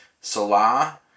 Salah